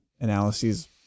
analyses